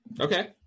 okay